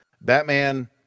Batman